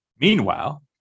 Meanwhile